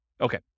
Okay